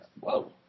Whoa